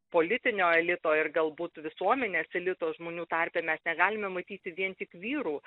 politinio elito ir galbūt visuomenės elito žmonių tarpe mes negalime matyti vien tik vyrų